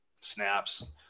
snaps